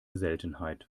seltenheit